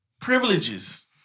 Privileges